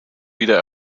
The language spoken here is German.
wieder